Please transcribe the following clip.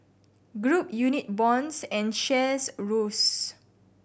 group unit bonds and shares rose